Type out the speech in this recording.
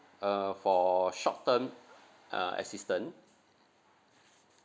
uh for short term uh assistance